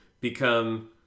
become